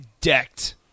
decked